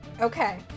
Okay